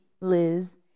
Liz